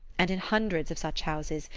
and in hundreds of such houses,